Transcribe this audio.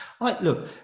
Look